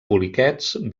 poliquets